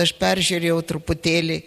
aš peržiūrėjau truputėlį